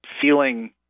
feeling